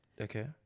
Okay